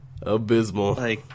abysmal